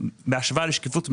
בהשוואה לשקיפות מלאה,